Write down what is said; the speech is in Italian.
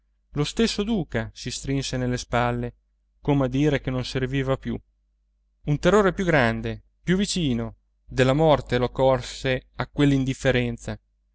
lo stesso duca si strinse nelle spalle come a dire che non serviva più un terrore più grande più vicino della morte lo colse a